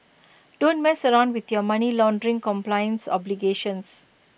don't mess around with your money laundering compliance obligations